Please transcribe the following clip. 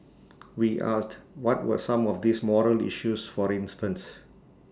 we asked what were some of these morale issues for instance